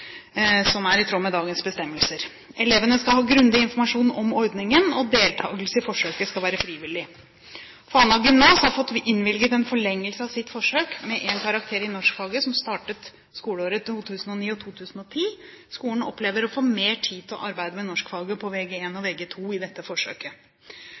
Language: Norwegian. som er i tråd med dagens bestemmelser. Elevene skal ha grundig informasjon om ordningen, og deltakelse i forsøket skal være frivillig. Fana gymnas har fått innvilget en forlengelse av sitt forsøk med én karakter i norskfaget som startet skoleåret 2009–2010. Skolen opplever å få mer tid til å arbeide med norskfaget på Vg1 og